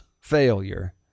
failure